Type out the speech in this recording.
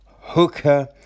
Hooker